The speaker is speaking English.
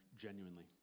genuinely